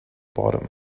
bottom